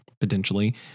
potentially